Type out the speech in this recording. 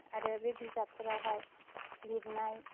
आरो बे बिजाबफोरावहाय लिरनाय